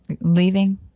leaving